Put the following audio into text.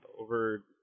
over